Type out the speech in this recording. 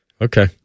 Okay